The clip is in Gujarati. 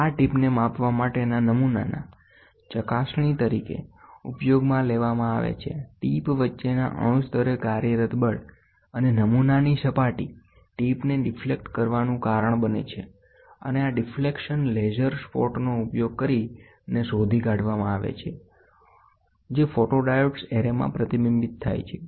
આ ટીપને માપવા માટેના નમૂનાના ચકાસણી તરીકે ઉપયોગમાં લેવામાં આવે છે ટિપ વચ્ચેના અણુ સ્તરે કાર્યરત બળ અને નમૂનાની સપાટી ટિપને ડિફ્લેક્ટ કરવાનું કારણ બને છે અને આ ડિફ્લેક્શન લેસર સ્પોટનો ઉપયોગ કરીને શોધી કાઢવામાં આવે છે જે ફોટોડાયોડ એરેમાં પ્રતિબિંબિત થાય છે